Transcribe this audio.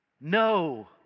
No